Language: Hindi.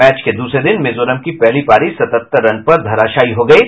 मैच के दूसरे दिन मिजोरम की पहली पारी सतहत्तर रन पर धराशायी हो गयी